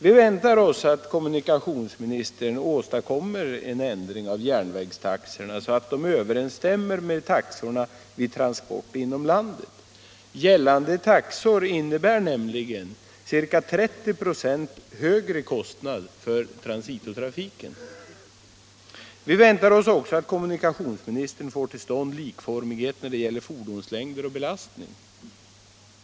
Vi väntar oss att kommunikationsministern åstadkommer en ändring av järnvägstaxorna så att de överensstämmer med taxorna för transporter inom landet. Gällande taxor innebär nämligen ca 30 96 högre kostnader för transitotrafiken. Vi väntar oss också att kommunikationsministern får till stånd likformighet när det gäller fordonslängder och belastning.